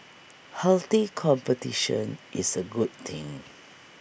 healthy competition is A good thing